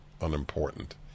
unimportant